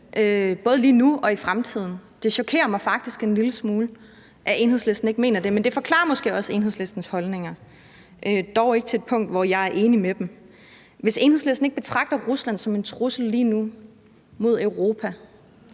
både lige nu og i fremtiden. Det chokerer mig faktisk en lille smule, at Enhedslisten ikke mener det, men det forklarer måske også Enhedslistens holdninger, dog ikke til et punkt, hvor jeg er enig med dem. Hvis Enhedslisten ikke betragter Rusland som en trussel lige nu mod Europa,